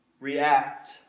react